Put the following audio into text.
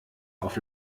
auf